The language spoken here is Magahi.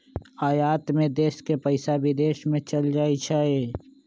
आयात में देश के पइसा विदेश में चल जाइ छइ